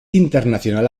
internacional